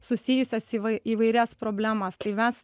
susijusias įvai įvairias problemas kai mes